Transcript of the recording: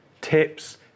tips